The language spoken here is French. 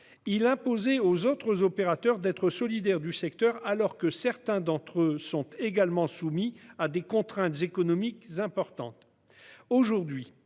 il imposait aux autres opérateurs d'être solidaires du secteur, alors que certains d'entre eux sont également soumis à des contraintes économiques importantes.